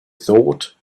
thought